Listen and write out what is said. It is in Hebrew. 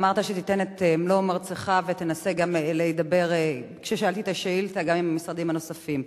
אמרת שתיתן את מלוא מרצך ותנסה גם להידבר גם עם המשרדים הנוספים.